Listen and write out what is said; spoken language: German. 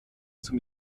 zum